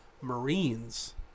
Marines